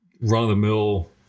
run-of-the-mill